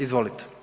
Izvolite.